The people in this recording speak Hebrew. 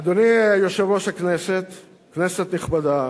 אדוני יושב-ראש הכנסת, כנסת נכבדה,